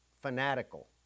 fanatical